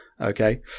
Okay